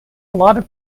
allotted